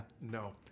No